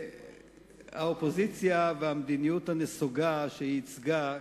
האופוזיציה והמדיניות הנסוגה שייצגה,